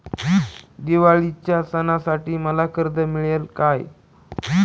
दिवाळीच्या सणासाठी मला कर्ज मिळेल काय?